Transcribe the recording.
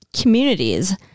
communities